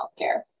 healthcare